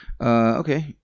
Okay